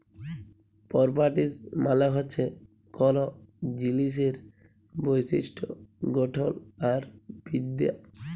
properties মালে হছে কল জিলিসের বৈশিষ্ট গঠল আর বিদ্যা